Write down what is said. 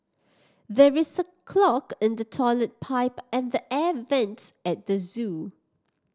there is a clog in the toilet pipe and the air vents at the zoo